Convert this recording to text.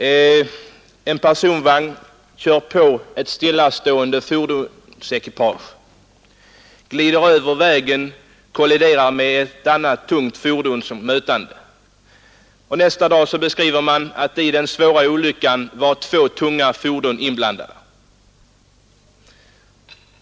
En personvagn kör på ett stillastående lastfordon, glider över vägen, kolliderar med ett annat mötande tungt fordon. Nästa dag beskriver man det hela så att i den svåra olyckan var två tunga fordon inblandade.